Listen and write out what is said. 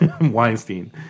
Weinstein